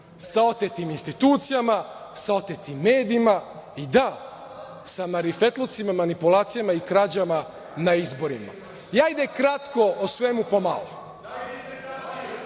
sa otetim institucijama, sa otetim medijima i, da, sa marifetlucima, manipulacijama i krađama na izborima. Ajde kratko o svemu po malo.